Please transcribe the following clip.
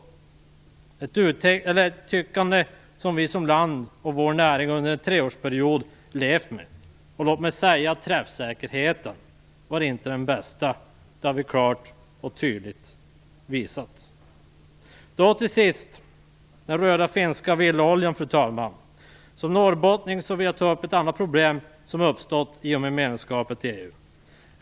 Vårt land och den här näringen har under en treårsperiod fått leva med ett sådant tyckande. Det har klart och tydligt visats att träffsäkerheten inte var den bästa. Jag vill till sist, fru talman, ta upp den röda finska villaoljan. Jag vill som norrbottning ta upp detta problem, som uppstått i och med medlemskapet i EU.